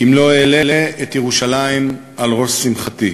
אם לא אעלה את ירושלים על ראש שמחתי".